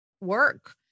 work